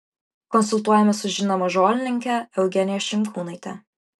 konsultuojamės su žinoma žolininke eugenija šimkūnaite